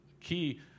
key